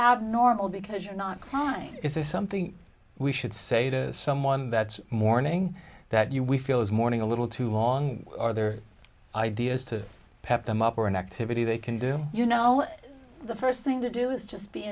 abnormal because you're not crying is this something we should say to someone that morning that you we feel is mourning a little too long are there ideas to pep them up or an activity they can do you know the first thing to do is just be